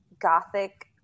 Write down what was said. Gothic